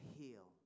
heal